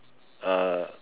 uh